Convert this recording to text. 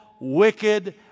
wicked